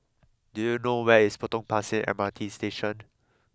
do you know where is Potong Pasir M R T Station